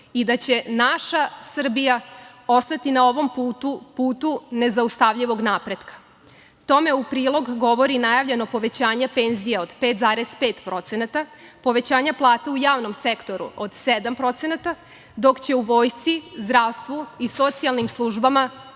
i da će naša Srbija ostati na ovom putu, putu nezaustavljivog napretka. Tome u prilog govori i najavljeno povećanje penzija od 5,5%, povećanje plata u javnom sektoru od 7%, dok će u vojsci, zdravstvu i socijalnim službama